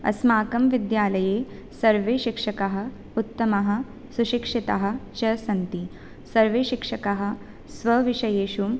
अस्माकं विद्यालये सर्वे शिक्षकाः उत्तमाः सुशिक्षिताः च सन्ति सर्वे शिक्षकाः स्वविषयेषु